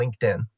LinkedIn